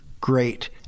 great